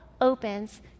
opens